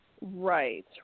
Right